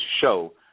show